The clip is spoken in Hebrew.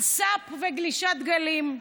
על סאפ וגלישת גלים,